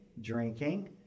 drinking